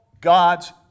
God's